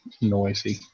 noisy